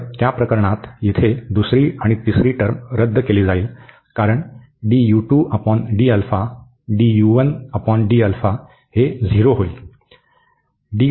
तर त्या प्रकरणात येथे दुसरी आणि तिसरी टर्म रद्द केली जाईल कारण हे 0 होईल